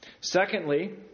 Secondly